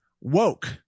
woke